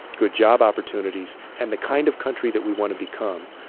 good job opportunities and the kind of country that we want to become,